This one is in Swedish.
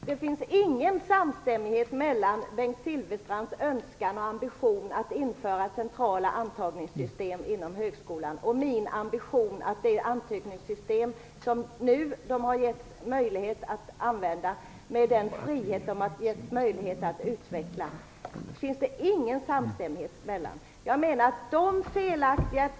Herr talman! Det finns ingen samstämmighet mellan Bengt Silfverstrands ambition att införa centrala antagningssystem inom högskolan och min ambition att de som nu har getts möjlighet att använda detta antagningssystem, med den frihet som det innebär, skall kunna utveckla det.